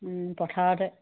পথাৰতে